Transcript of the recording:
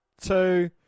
two